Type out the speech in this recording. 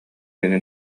эҥин